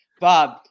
Bob